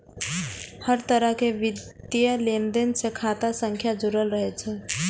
हर तरहक वित्तीय लेनदेन सं खाता संख्या जुड़ल रहै छै